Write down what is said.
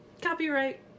Copyright